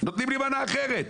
נותנים לי מנה אחרת.